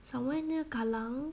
somewhere near kallang